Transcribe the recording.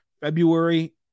February